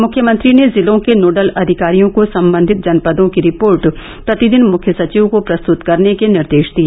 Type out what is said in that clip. मुख्यमंत्री ने जिलों के नोडल अधिकारियों को सम्बंधित जनपदों की रिपोर्ट प्रतिदिन मुख्य सचिव को प्रस्तुत करने के निर्देश दिए